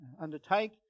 undertake